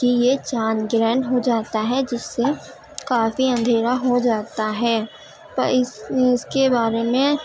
کہ یہ چاند گرہن ہو جاتا ہے جس سے کافی اندھیرا ہو جاتا ہے پر اس اس کے بارے میں